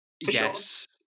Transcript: yes